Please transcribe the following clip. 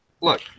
look